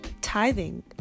tithing